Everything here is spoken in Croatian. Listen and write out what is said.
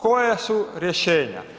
Koja su rješenja?